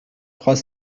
trois